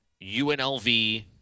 UNLV